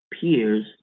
peers